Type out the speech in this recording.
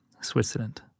Switzerland